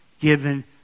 given